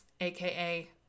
aka